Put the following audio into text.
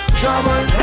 trouble